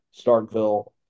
Starkville